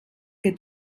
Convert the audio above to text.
que